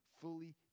fully